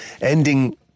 ending